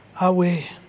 away